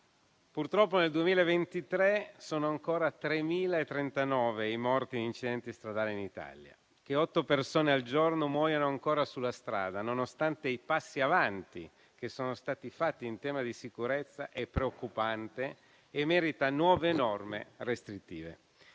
purtroppo nel 2023 sono ancora 3.039 i morti in incidenti stradali in Italia. Che otto persone al giorno muoiano ancora sulla strada, nonostante i passi avanti che sono stati fatti in tema di sicurezza, è preoccupante e merita nuove norme restrittive.